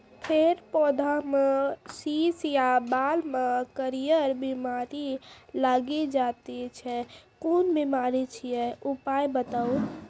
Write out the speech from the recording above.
फेर पौधामें शीश या बाल मे करियर बिमारी लागि जाति छै कून बिमारी छियै, उपाय बताऊ?